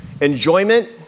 enjoyment